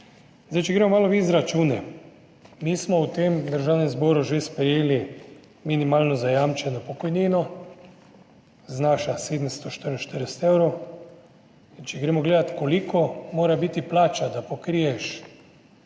Če gremo malo v izračune, mi smo v Državnem zboru že sprejeli minimalno zajamčeno pokojnino, ki znaša 744 evrov. Če gremo gledat, koliko mora biti plača, da pokriješ